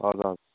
हजुर हवस्